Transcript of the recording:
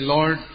Lord